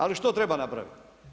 Ali što treba napraviti?